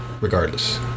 regardless